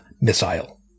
missile